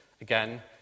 again